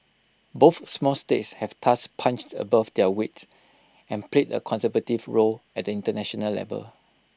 both small states have thus punched above their weight and played A constructive role at the International level